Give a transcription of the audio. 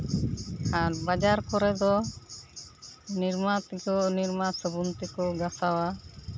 ᱟᱨ ᱵᱟᱡᱟᱨ ᱠᱚᱨᱮ ᱫᱚ ᱱᱤᱨᱢᱟ ᱛᱮᱠᱚ ᱱᱤᱨᱢᱟ ᱥᱟᱵᱚᱱ ᱛᱮᱠᱚ ᱜᱟᱥᱟᱣᱟ